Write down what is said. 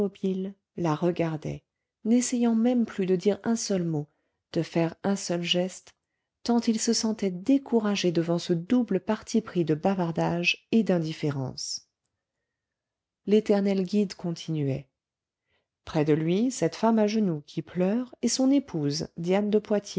la regardait n'essayant même plus de dire un seul mot de faire un seul geste tant il se sentait découragé devant ce double parti pris de bavardage et d'indifférence l'éternel guide continuait près de lui cette femme à genoux qui pleure est son épouse diane de poitiers